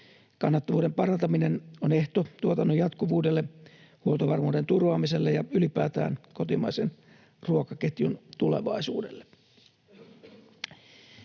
Kannattavuuden parantaminen on ehto tuotannon jatkuvuudelle, huoltovarmuuden turvaamiselle ja ylipäätään kotimaisen ruokaketjun tulevaisuudelle.